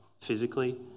physically